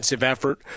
effort